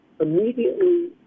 immediately